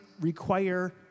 require